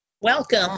Welcome